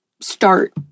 start